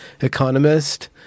economist